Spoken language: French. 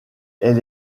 elle